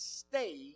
stay